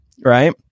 right